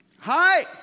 Hi